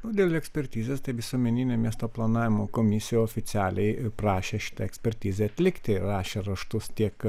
nu dėl ekspertizės tai visuomeninė miesto planavimo komisija oficialiai prašė šitą ekspertizę atlikti rašė raštus tiek